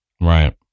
Right